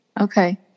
Okay